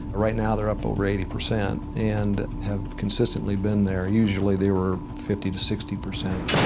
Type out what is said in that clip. right now they're up over eighty percent and have consistently been there. usually they were fifty to sixty percent.